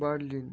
Berlin